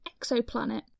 exoplanet